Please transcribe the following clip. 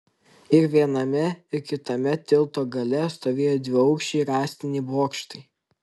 ir viename ir kitame tilto gale stovėjo dviaukščiai rąstiniai bokštai